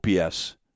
OPS